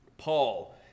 Paul